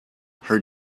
her